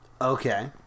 Okay